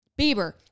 Bieber